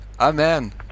Amen